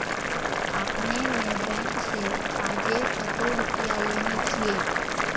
आपने ने बैंक से आजे कतो रुपिया लेने छियि?